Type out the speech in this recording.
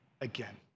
again